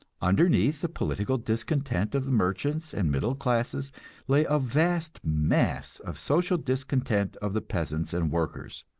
underneath the political discontent of the merchants and middle classes lay a vast mass of social discontent of the peasants and workers.